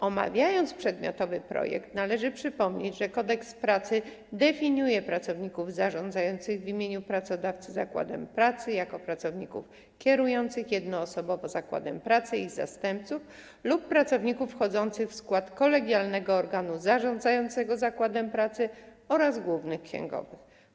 Omawiając przedmiotowy projekt, należy przypomnieć, że Kodeks pracy definiuje pracowników zarządzających w imieniu pracodawcy zakładem pracy jako pracowników kierujących jednoosobowo zakładem pracy i ich zastępców lub pracowników wchodzących w skład kolegialnego organu zarządzającego zakładem pracy oraz głównych księgowych.